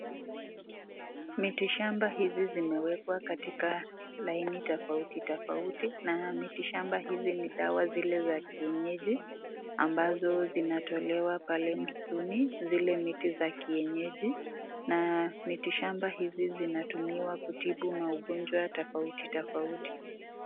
Miti shamba hizi zimewekwa katika laini tofauti tofauti na miti shamba hizi ni dawa zile za kienyeji, ambazo zinatolewa pale msituni zile miti za kienyeji na miti shamba hizi zinatumiwa kutibu magonjwa tofauti tofauti.